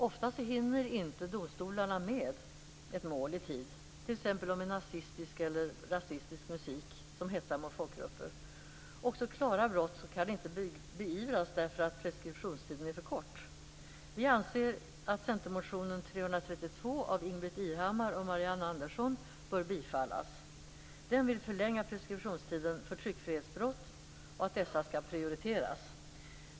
Ofta hinner domstolarna inte med ett mål i tid, t.ex. om nazistisk och rasistisk musik som hetsar mot folkgrupper. Inte heller klara brott kan beivras därför att preskriptionstiden är för kort. Vi anser att centermotionen K332 av Ingbritt Irhammar och Marianne Andersson bör bifallas. I den motionen sägs att preskriptionstiden för tryckfrihetsbrott bör förlängas och att dessa brott skall prioriteras.